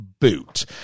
boot